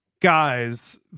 guys